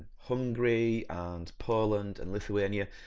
hungary and poland and lithuania,